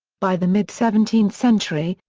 by the mid seventeenth century,